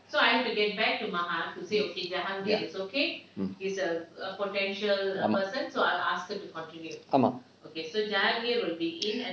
ஆமாம்:aamaam